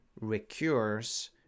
recurs